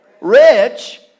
rich